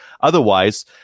Otherwise